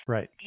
Right